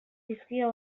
dizkio